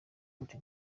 cote